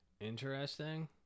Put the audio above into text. Interesting